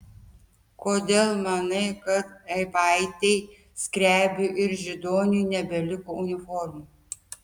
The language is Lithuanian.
kodėl manai kad eivaitei skrebiui ir židoniui nebeliko uniformų